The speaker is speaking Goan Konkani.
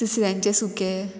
तिसऱ्यांचे सुकें